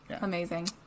Amazing